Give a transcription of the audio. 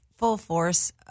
full-force